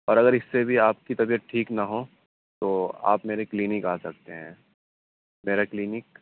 اور اگر اِس سے بھی آپ کی طبیعت ٹھیک نہ ہو تو آپ میرے کلینک آ سکتے ہیں میرا کلینک